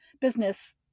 business